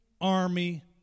army